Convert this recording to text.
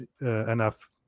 enough